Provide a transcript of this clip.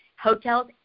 hotels